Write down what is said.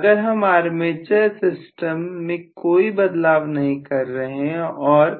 अगर हम armature system में कोई बदलाव नहीं कर रहे हैं और